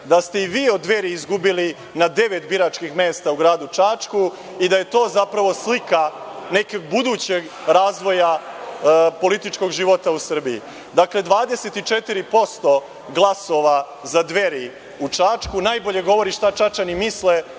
da ste i vi od Dveri izgubili na devet biračkih mesta u gradu Čačku i da je to zapravo slika budućeg razvoja političkog života u Srbiji. Dakle, 24% glasova za Dveri u Čačku najbolje govori šta Čačani misle